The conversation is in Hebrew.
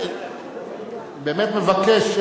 אני באמת מבקש,